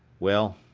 well,